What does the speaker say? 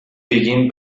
begin